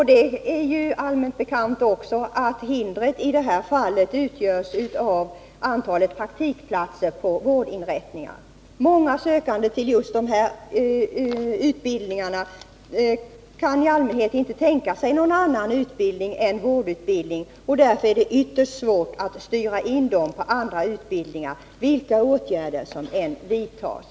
Det är också allmänt bekant att hindret i det fallet utgörs av antalet praktikplatser på vårdinrättningar. Många sökande till just dessa utbildningar kan inte tänka sig någon annan utbildning än vårdutbildning. Därför är det ytterst svårt att styra in dem på andra utbildningar, vilka åtgärder som än vidtas.